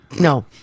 No